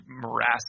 morass